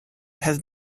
have